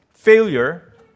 failure